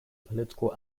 political